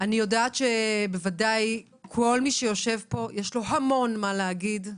אני יודעת שלכל מי שיושב פה יש המון מה להגיד,